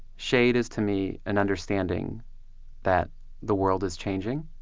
shade is to me, an understanding that the world is changing